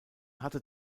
hatten